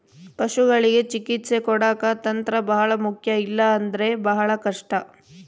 ಪಶುಗಳಿಗೆ ಚಿಕಿತ್ಸೆ ಕೊಡಾಕ ತಂತ್ರ ಬಹಳ ಮುಖ್ಯ ಇಲ್ಲ ಅಂದ್ರೆ ಬಹಳ ಕಷ್ಟ